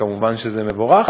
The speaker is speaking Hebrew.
וזה כמובן מבורך,